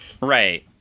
Right